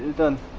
then